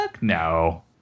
No